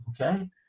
Okay